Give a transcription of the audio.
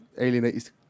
alienate